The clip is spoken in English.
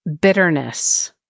bitterness